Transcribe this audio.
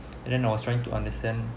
and then I was trying to understand